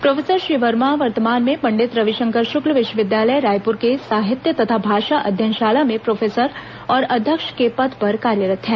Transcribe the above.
professor Shri Verma वर्तमान में पंडित रविशंकर शुक्ल विश्वविद्यालय रायपुर के साहित्य तथा भाषा अध्ययन शाला में प्रोफेसर और अध्यक्ष के पद पर कार्यरत हैं